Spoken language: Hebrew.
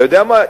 אתה יודע מה,